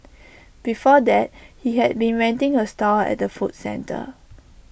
before that he had been renting A stall at the food centre